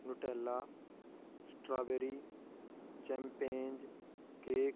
nutella strawberry champagne cake